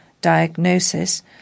diagnosis